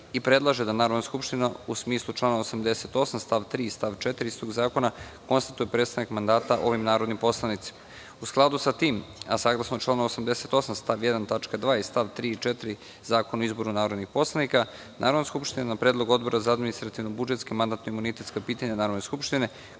i predlaže da Narodna skupština, u smislu člana 88. stav 3. stav 4. istog zakona, konstatuje prestanak mandata ovim narodnim poslanicima.U skladu sa tim, a saglasno članu 88. stav 1. tačka 2) i stav 3. i 4. Zakona o izboru narodnih poslanika, Narodna skupština na predlog Odbora za administrativno-budžetska i mandatno-imunitetska pitanja Narodne skupštine,